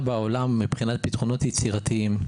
איזה פתרונות יצירתיים יש בעולם.